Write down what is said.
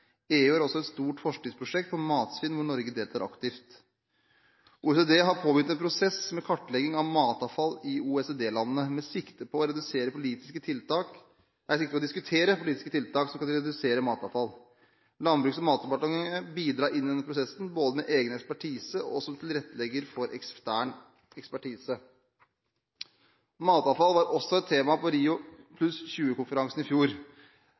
EU har også et stort forskningsprosjekt om matsvinn hvor Norge deltar aktivt. OECD har påbegynt en prosess med kartlegging av matavfall i OECD-landene med sikte på å diskutere politiske tiltak som kan redusere matavfall. Landbruks- og matdepartementet bidrar inn i denne prosessen både med egen ekspertise og som tilrettelegger for ekstern ekspertise. Matavfall var også et tema på Rio+20-konferansen i fjor.